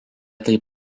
taip